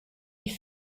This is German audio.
die